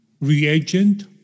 reagent